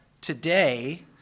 today